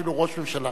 אפילו ראש הממשלה.